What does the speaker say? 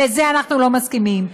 לזה אנחנו לא מסכימים.